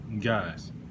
Guys